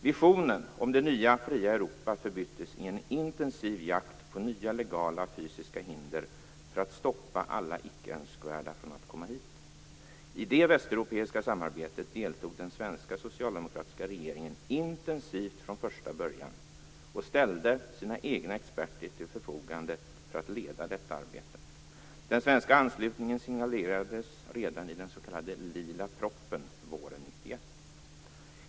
Visionen om det nya fria Europa förbyttes i en intensiv jakt på nya legala och fysiska hinder för att stoppa alla icke önskvärda från att komma hit. I det västeuropeiska samarbetet deltog den svenska socialdemokratiska regeringen intensivt från första början och ställde sina egna experter till förfogande för att leda detta arbete. Den svenska anslutningen signalerades redan i den s.k. lila proppen våren 1991.